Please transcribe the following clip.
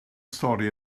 stori